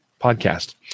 podcast